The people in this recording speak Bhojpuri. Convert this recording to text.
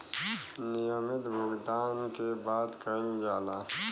नियमित भुगतान के बात कइल जाला